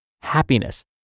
happiness